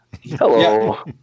Hello